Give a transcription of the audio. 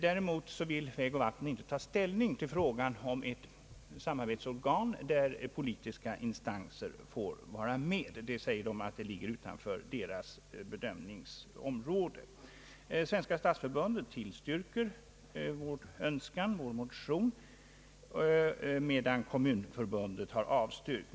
Däremot vill vägoch vattenbyggnadsstyrelsen inte ta ställning till frågan om ett samarbetsorgan där politiska instanser skulle få vara med. Styrelsen säger att det ligger utanför dess bedömningsområde. Svenska stadsförbundet tillstyrker vår motion, medan Svenska kommunförbundet avstyrker den.